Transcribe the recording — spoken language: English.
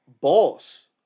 boss